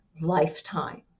lifetime